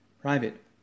private